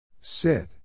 Sit